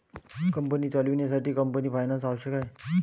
company चालवण्यासाठी company finance आवश्यक आहे